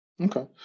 Okay